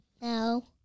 No